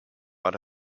but